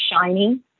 shiny